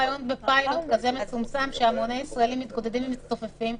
בפיילוט כזה מצומצם שהמוני ישראלים מתגודדים ומצטופפים.